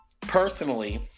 personally